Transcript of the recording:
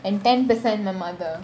and ten percent my mother